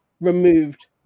removed